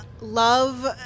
love